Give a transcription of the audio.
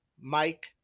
mike